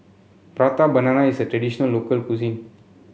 Prata Banana is a traditional local cuisine